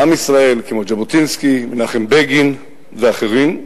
בעם ישראל, כמו ז'בוטינסקי, מנחם בגין ואחרים.